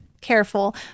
careful